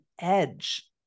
edge